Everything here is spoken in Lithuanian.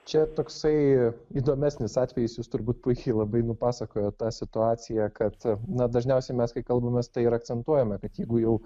čia toksai įdomesnis atvejis jūs turbūt puikiai labai nupasakojot tą situaciją kad na dažniausiai mes kai kalbamės tai ir akcentuojame kad jeigu jau